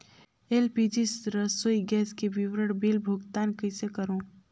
LPG रसोई gas के विवरण बिल भुगतान कइसे करों?